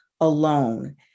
alone